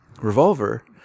Revolver